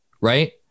right